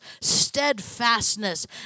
steadfastness